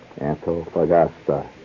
Antofagasta